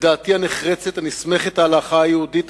"את דעתי הנחרצת הנסמכת על ההלכה היהודית,